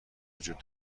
وجود